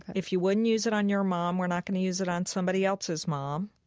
if you wouldn't use it on your mom we're not going to use it on somebody else's mom.